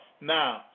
Now